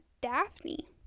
Daphne